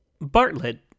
Bartlett